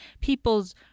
people's